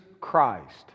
Christ